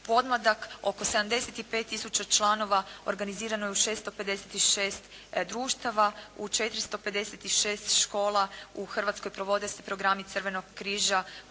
pomladak, oko 75 tisuća članova organizirano je u 656 društava, u 456 škola u Hrvatskoj provode se programi Crvenog križa,